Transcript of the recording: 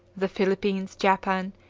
the philippines, japan,